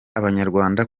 abanyarwanda